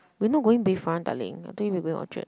we not going Bayfront darling I told you we're going Orchard